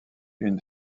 une